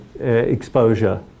exposure